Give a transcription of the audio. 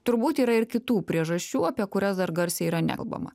turbūt yra ir kitų priežasčių apie kurias dar garsiai yra nekalbama